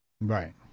Right